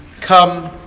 come